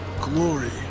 glory